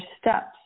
steps